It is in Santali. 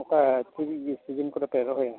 ᱚᱠᱟ ᱥᱤᱡᱤᱱ ᱠᱚᱨᱮ ᱯᱮ ᱨᱚᱦᱚᱭᱟ